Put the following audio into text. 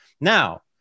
Now